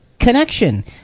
connection